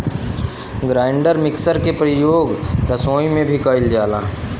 grinder mixer के परियोग रसोई में भी कइल जाला